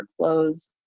workflows